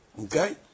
Okay